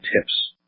tips